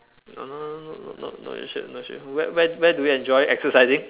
no no no no no no shit no shit where where do you enjoy exercising